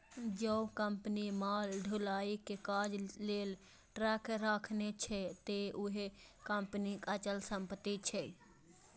जौं कंपनी माल ढुलाइ के काज लेल ट्रक राखने छै, ते उहो कंपनीक अचल संपत्ति छियै